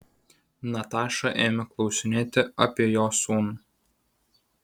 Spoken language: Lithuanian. nataša ėmė klausinėti apie jo sūnų